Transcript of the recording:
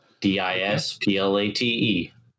D-I-S-P-L-A-T-E